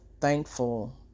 thankful